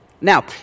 Now